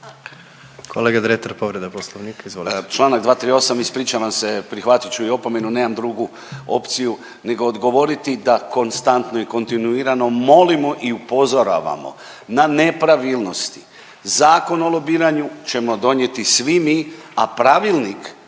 Kolega Dretar, povreda Poslovnika. Izvolite.